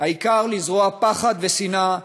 העיקר לזרוע פחד ושנאה,